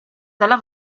della